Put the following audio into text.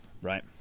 right